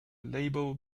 label